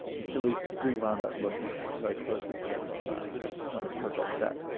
and so we we wound up working very closely together on ah on a project that,